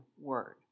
word